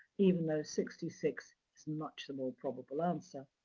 even though sixty six is much the more probable answer.